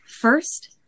First